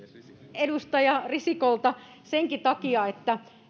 edustaja risikolta senkin takia että